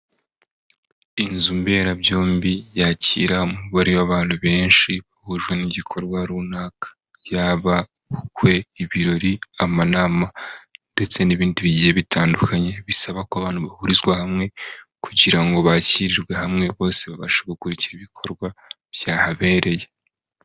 Inzu mberabyombi yakira umubare w'abantu benshi bahuje n'igikorwa runaka. Yaba ubukwe, ibirori, amanama, ndetse n'ibindi bigiye bitandukanye, bisaba ko abantu bahurizwa hamwe, kugira ngo bakirirwe hamwe, bose babashe gukurikira ibikorwa byahabereye.